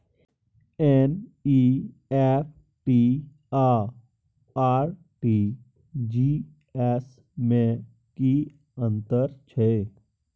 NEFT आ RTGS में की अन्तर छै?